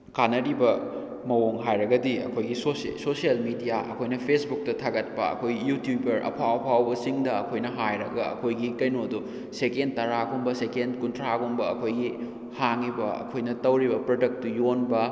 ꯀꯥꯟꯅꯔꯤꯕ ꯃꯑꯣꯡ ꯍꯥꯏꯔꯒꯗꯤ ꯑꯩꯈꯣꯏꯒꯤ ꯁꯣꯁꯦꯜ ꯃꯦꯗꯤꯌꯥ ꯑꯩꯈꯣꯏꯅ ꯐꯦꯁꯕꯨꯛꯇ ꯊꯥꯒꯠꯄ ꯑꯩꯈꯣꯏ ꯌꯨꯇꯨꯕꯔ ꯑꯐꯥꯎ ꯑꯐꯥꯎꯕꯁꯤꯡꯗ ꯑꯩꯈꯣꯏꯅ ꯍꯥꯏꯔꯒ ꯑꯩꯈꯣꯏꯒꯤ ꯀꯩꯅꯣꯗꯣ ꯁꯦꯀꯦꯟ ꯇꯔꯥꯒꯨꯝꯕ ꯁꯦꯀꯦꯟ ꯀꯨꯟꯊ꯭ꯔꯥꯒꯨꯝꯕ ꯑꯩꯈꯣꯏꯒꯤ ꯍꯥꯡꯉꯤꯕ ꯑꯩꯈꯣꯏꯅ ꯇꯧꯔꯤꯕ ꯄ꯭ꯔꯗꯛꯇꯨ ꯌꯣꯟꯕ